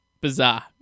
bizarre